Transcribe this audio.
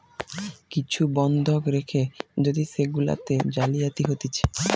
কিছু বন্ধক রেখে যদি সেগুলাতে জালিয়াতি হতিছে